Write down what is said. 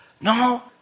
No